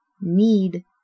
need